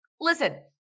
listen